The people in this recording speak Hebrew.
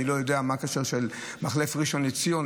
אני לא יודע מה הקשר של מחלף ראשון לציון,